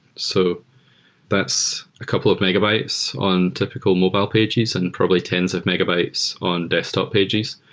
so that's a couple of megabytes on typical mobile pages and probably tens of megabytes on desktop pages,